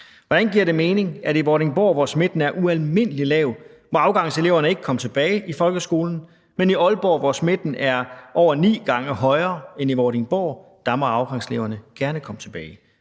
Hvordan giver det mening, at afgangseleverne i Vordingborg, hvor smitten er ualmindelig lav, ikke må komme tilbage i folkeskolen, men i Aalborg, hvor smitten er over ni gange højere end i Vordingborg, må afgangseleverne gerne komme tilbage?